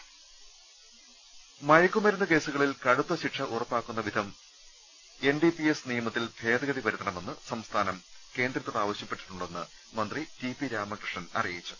്് മയക്കുമരുന്ന് കേസുകളിൽ കടുത്തു ശിക്ഷ ഉറപ്പാക്കും വിധം എൻ ഡി പി എസ് നിയമത്തിൽ ഭേദഗതി വരുത്തണമെന്ന് സംസ്ഥാനം കേന്ദ്രത്തോട് ആവശ്യപ്പെട്ടിട്ടുണ്ടെന്ന് മന്ത്രി ടി പി രാമകൃഷ്ണൻ അറിയിച്ചു